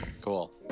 Cool